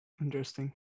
Interesting